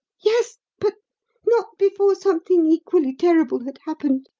yes but not before something equally terrible had happened.